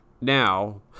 Now